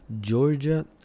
Georgia